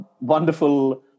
wonderful